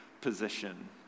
position